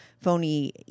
phony